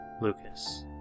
Lucas